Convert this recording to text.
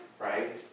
right